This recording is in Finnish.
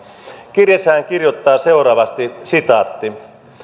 kirjeessään hän kirjoittaa seuraavasti